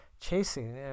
chasing